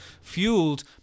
fueled